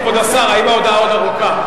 השר, האם הודעתך עוד ארוכה?